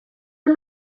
per